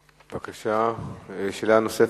בבקשה, שאלה נוספת.